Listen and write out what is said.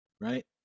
right